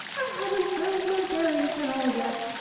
i haven't found my bearings at all yet,